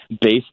based